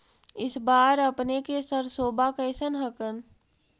इस बार अपने के सरसोबा कैसन हकन?